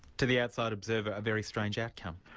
to the outside observer, a very strange outcome.